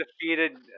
defeated